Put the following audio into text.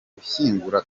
gushyingura